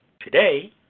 Today